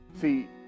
See